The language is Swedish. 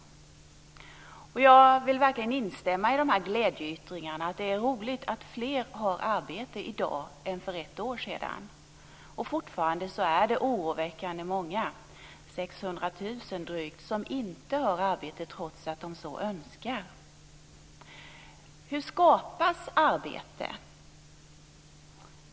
Jag vill verkligen instämma i glädjeyttringarna över att fler har arbete i dag än för ett år sedan. Fortfarande är det oroväckande många - drygt 600 000 - som inte har arbete trots att de så önskar. Hur skapas arbete?